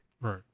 Right